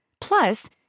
Plus